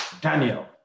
Daniel